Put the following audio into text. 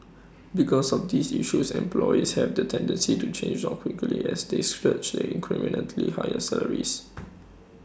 because of these issues employees have the tendency to change jobs quickly as they search the incrementally higher salaries